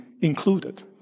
included